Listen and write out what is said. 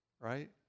Right